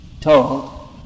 told